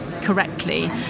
correctly